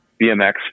BMX